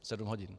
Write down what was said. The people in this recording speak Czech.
Sedm hodin.